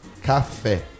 café